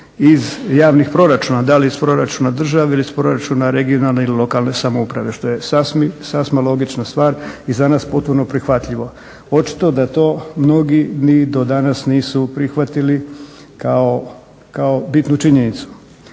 iz javnih proračuna da li iz proračuna države ili iz proračuna regionalne ili lokalne samouprave što je sasma logična stvar i za nas potpuno prihvatljivo. Očito da to mnogi ni do danas nisu prihvatili kao bitnu činjenicu.